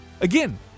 Again